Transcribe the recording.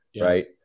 right